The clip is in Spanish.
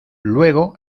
luego